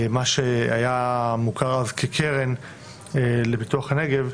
מה שהיה מוכר אז כקרן לפיתוח הנגב,